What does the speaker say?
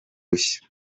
rushya